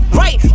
right